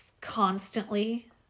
constantly